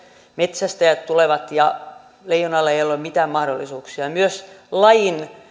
metsästäjät tulevat ja leijonalla ei ole ole mitään mahdollisuuksia myös lajin